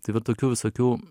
tai va tokių visokių